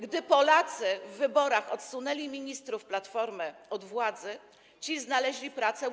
Gdy Polacy w wyborach odsunęli ministrów Platformy od władzy, ci znaleźli pracę.